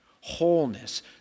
wholeness